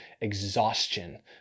exhaustion